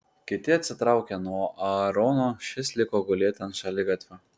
kiti atsitraukė nuo aarono šis liko gulėti ant šaligatvio